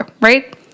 right